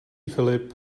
filip